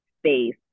space